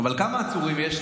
אבל אתה יודע כמה עצורים יש,